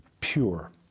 Pure